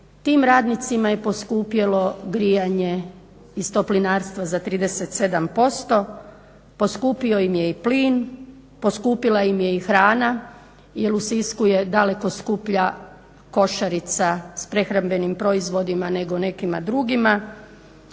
tim radnicima je poskupjelo grijanje iz toplinarstva za 37%, poskupio im je i plin, poskupila im je i hrana jer u Sisku je daleko skuplja košarica s prehrambenim proizvodima nego nekima drugima,